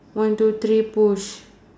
one two three push